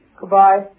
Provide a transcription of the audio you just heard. Goodbye